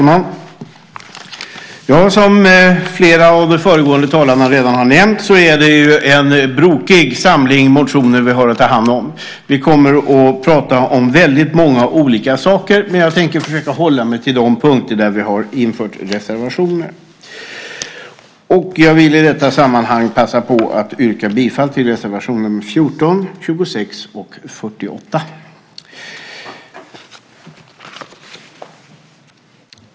Herr talman! Som flera av de föregående talarna redan har nämnt är det en brokig samling motioner vi har haft att ta hand om. Vi pratar om väldigt många olika saker, men jag tänker försöka hålla mig till de punkter där vi har reservationer. Jag vill i detta sammanhang passa på att yrka bifall till reservationerna nr 14, 26 och 48.